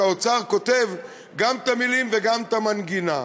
שהאוצר כותב גם את המילים וגם את המנגינה.